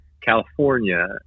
California